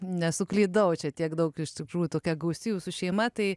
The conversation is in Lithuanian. nesuklydau čia tiek daug iš tikrųjų tokia gausi jūsų šeima tai